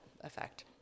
effect